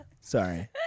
Sorry